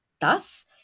Thus